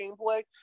gameplay